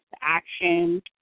action